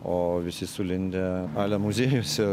o visi sulindę ale muziejuose